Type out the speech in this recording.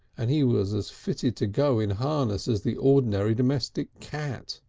and he was as fitted to go in harness as the ordinary domestic cat.